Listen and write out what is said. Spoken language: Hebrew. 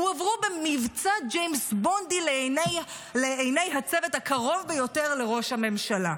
הועברו במבצע ג'יימס בונדי לעיני הצוות הקרוב ביותר לראש הממשלה.